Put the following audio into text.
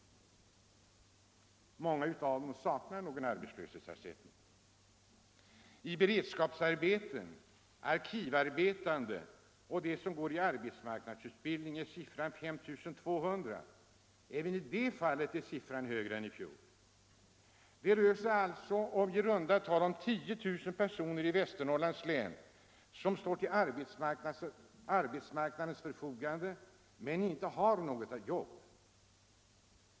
Många av dem saknar arbetslöshetsersättning. Siffran för personer i beredskapsarbeten, arkivarbetande och personer i arbetsmarknadsutbildning är 5 200; även i det fallet är siffran högre än i fjol. Det rör sig alltså om i runda tal 10 000 personer i Västernorrlands län som står till arbetsmarknadens förfogande men inte har något jobb.